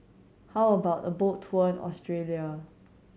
how about a boat tour in Australia